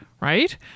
right